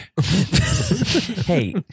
hey